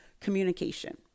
communication